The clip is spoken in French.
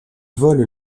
vole